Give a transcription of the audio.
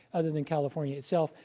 other than california itself,